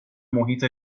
محیط